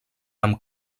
amb